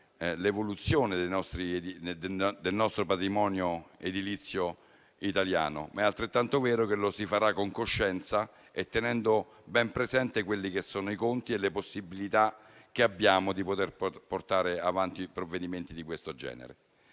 all'evoluzione del nostro patrimonio edilizio italiano, ma è altrettanto vero che lo si farà con coscienza e tenendo ben presente i conti e le possibilità che abbiamo di poter portare avanti provvedimenti di siffatto genere.